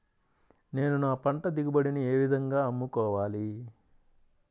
నేను నా పంట దిగుబడిని ఏ విధంగా అమ్ముకోవాలి?